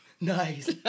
Nice